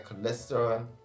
cholesterol